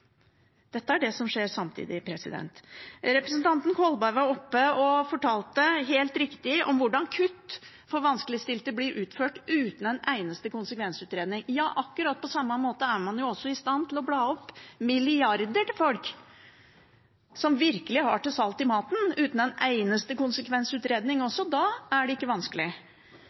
Dette er det som skjer samtidig. Representanten Kolberg var oppe og fortalte – helt riktig – om hvordan kutt for vanskeligstilte blir utført uten en eneste konsekvensutredning. Ja, akkurat på samme måte er man i stand til å bla opp milliarder til folk som virkelig har til salt i maten – uten en eneste konsekvensutredning. Så da er det ikke vanskelig.